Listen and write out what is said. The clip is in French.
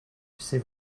c’est